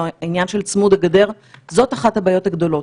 העניין של צמוד הגדר זאת אחת הבעיות הגדולות,